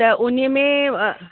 त उन्हीअ में